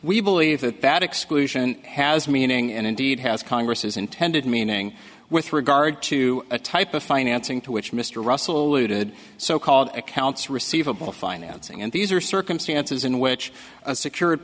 we believe that that exclusion has meaning in deed has congress's intended meaning with regard to a type of financing to which mr russell looted so called accounts receivable financing and these are circumstances in which a secured